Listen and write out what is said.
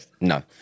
No